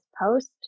post